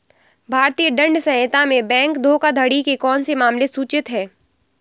भारतीय दंड संहिता में बैंक धोखाधड़ी के कौन से मामले सूचित हैं?